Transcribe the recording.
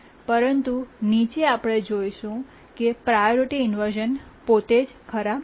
પરંતુ નીચે આપણે જોશું કે પ્રાયોરિટી ઇન્વર્શ઼ન પોતે જ ખરાબ નથી